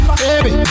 baby